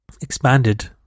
expanded